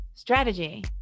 Strategy